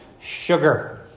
sugar